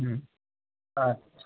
হুম আচ্ছা